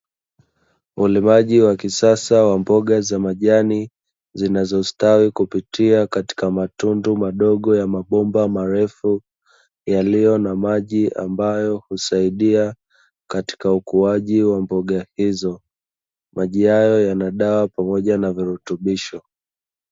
Ulimaji wa kisasa wa mboga za majani, zinazostawi kupitia katika matundu madogo ya mabomba marefu yaliyo na maji ambayo husaidia katika ukuaji wa mboga hizo. Maji hayo yana dawa pamoja na virutubisho